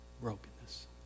brokenness